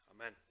Amen